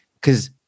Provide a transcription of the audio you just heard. because-